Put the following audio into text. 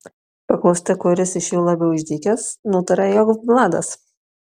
paklausti kuris iš jų labiau išdykęs nutaria jog vladas